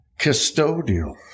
custodial